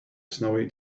snowy